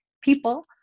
people